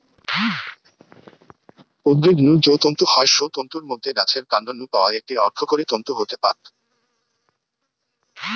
উদ্ভিদ নু যৌ তন্তু হয় সৌ তন্তুর মধ্যে গাছের কান্ড নু পাওয়া একটি অর্থকরী তন্তু হয়ঠে পাট